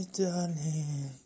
darling